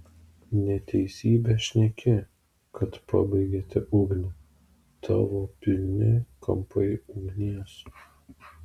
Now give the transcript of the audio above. neteisybę šneki kad pabaigėte ugnį tavo pilni kampai ugnies